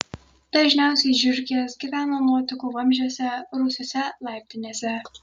dažniausiai žiurkės gyvena nuotekų vamzdžiuose rūsiuose laiptinėse